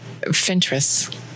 fintress